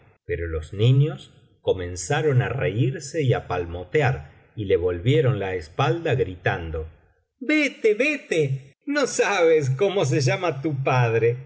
pero los niños comenzaron á reirse y á palmotear y le volvieron la espalda gritando vete vete no sabes cómo se llama tu padre